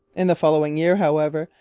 in the following year, however,